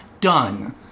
Done